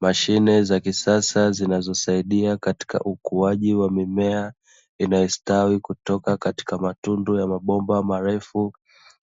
Mashine za kisasa zinazosaidia katika ukuaji wa mimea, inayostawi kutoka katika matundu ya mabomba marefu.